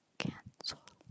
cancel